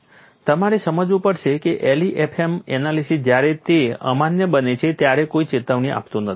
તમારે સમજવું પડશે કે LEFM એનાલિસીસ જ્યારે તે અમાન્ય બને છે ત્યારે કોઈ ચેતવણી આપતું નથી